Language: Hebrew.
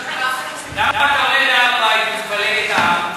למה אתה עולה להר-הבית ומפלג את העם?